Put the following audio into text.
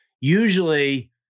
Usually